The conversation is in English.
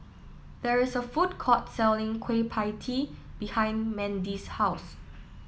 there is a food court selling Kueh Pie Tee behind Mandie's house